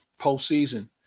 postseason